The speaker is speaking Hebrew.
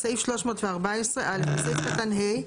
(5) בסעיף 314 - (א) בסעיף קטן (ה),